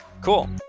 cool